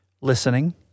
listening